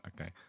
Okay